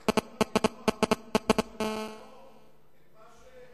את לא יכולה לגרוע מיישובי הדרום את מה,